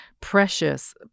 precious